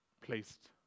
placed